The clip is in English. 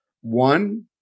one